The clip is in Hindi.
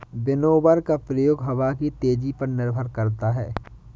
विनोवर का प्रयोग हवा की तेजी पर निर्भर करता है